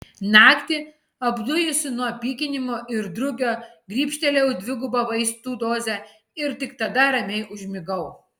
naktį apdujusi nuo pykinimo ir drugio grybštelėjau dvigubą vaistų dozę ir tik tada ramiai užmigau